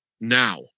now